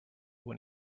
when